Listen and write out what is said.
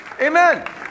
Amen